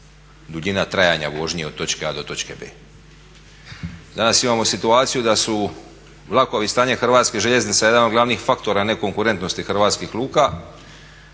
duljina trajanja vožnje od točke A do točke B. Danas imamo situaciju da su vlakovi i stanje hrvatskih željeznica jedan od glavnih faktora nekonkurentnosti hrvatskih luka